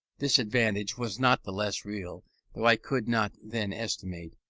this advantage was not the less real though i could not then estimate,